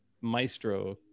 maestro